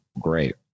great